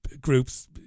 groups